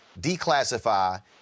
declassify